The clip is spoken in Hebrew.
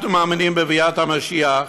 אנחנו מאמינים בביאת המשיח.